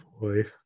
boy